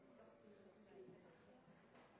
Men den er